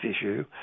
issue